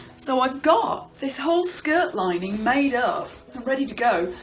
so i've got this whole skirt lining made up and ready to go.